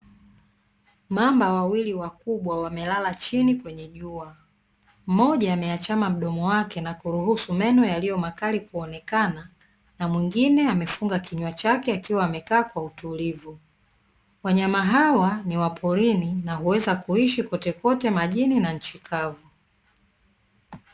Mamba wawili wakubwa wamelala chini kwenye jua, mmoja ameachama mdomo wake na kuruhusu meno yaliyo makali kuonekana, na mwingine amefunga kinywa chake akiwa amekaa kwa utulivu. Wanyama hawa ni wa porini na huweza kuishi kotekote majini na nchi kavu.